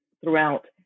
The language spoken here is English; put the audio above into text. throughout